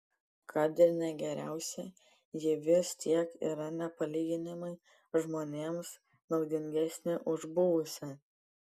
kad ir ne geriausia ji vis tiek yra nepalyginamai žmonėms naudingesnė už buvusią